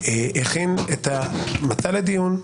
הכין את המצע לדיון,